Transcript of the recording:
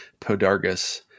Podargus